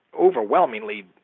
overwhelmingly